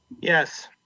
Yes